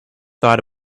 thought